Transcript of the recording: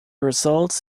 results